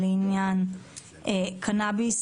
לעניין קנאביס